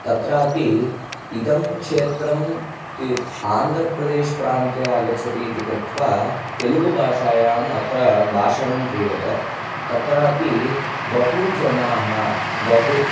तत्रापि इदं क्षेत्रं आन्द्रप्रदेशप्रान्ते आगच्छति इति कृत्वा तेलुगुभाषायाम् अत्र भाषणं क्रियते तत्रापि बहुजनाः बहु